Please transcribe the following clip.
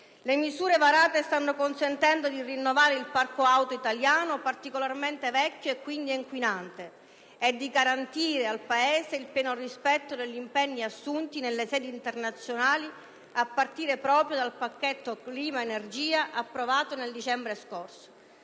Le misure varate stanno consentendo di rinnovare il parco auto italiano, particolarmente vecchio e quindi inquinante, e di garantire al Paese il pieno rispetto degli impegni assunti nelle sedi internazionali, a partire proprio dal pacchetto clima-energia, approvato nel dicembre scorso.